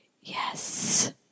Yes